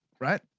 right